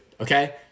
okay